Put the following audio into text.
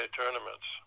tournaments